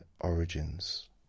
origins